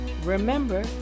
Remember